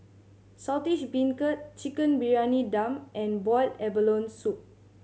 Saltish Beancurd Chicken Briyani Dum and boiled abalone soup